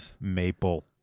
Maple